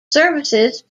services